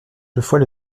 toutefois